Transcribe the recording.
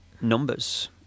numbers